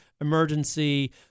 emergency